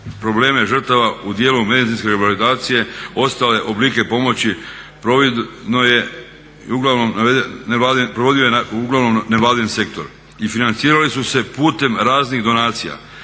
probleme žrtava u dijelu medicinske rehabilitacije ostale oblike pomoći, provodio je uglavnom nevladin sektor i financirali su se putem raznih donacija.